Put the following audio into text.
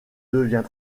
devient